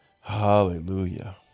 Hallelujah